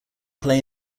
play